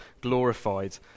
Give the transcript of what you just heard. glorified